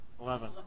Eleven